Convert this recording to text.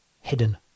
hidden